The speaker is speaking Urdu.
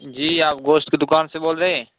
جی آپ گوشت کی دکان سے بول رہے ہیں